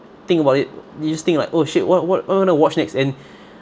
think about it you just think like oh shit what what what I wanna watch next and